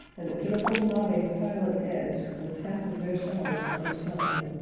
and the pitiful, nodding, silent heads, with half of their songs unsung.